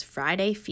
Friday